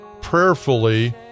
prayerfully